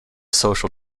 social